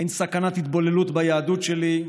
אין סכנת התבוללות ביהדות שלי,